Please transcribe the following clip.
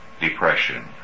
depression